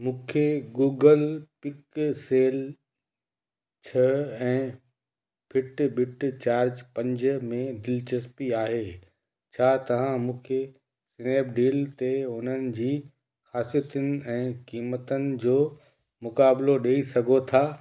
मूंखे Google Pixel छह ऐं फिटबिट चार्ज पंज में दिलचस्पी आहे छा तव्हां मूंखे स्नैपडील ते उन्हनि जी ख़ासियतुनि ऐं क़ीमतनि जो मुक़ाबिलो ॾेई सघो था